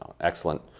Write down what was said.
excellent